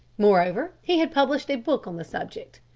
moreover, he had published a book on the subject.